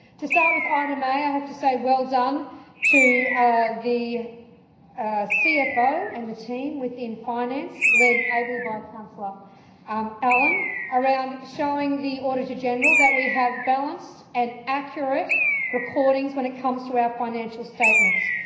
to start with item a, i ah have to say well done to the cfo and the team within finance led ably by councillor um allan around showing the auditor-general that we have balanced and accurate recordings when it comes to our financial statements.